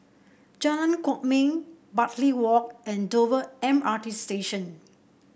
Jalan Kwok Min Bartley Walk and Dover M R T Station